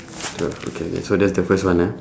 so that's the first one ah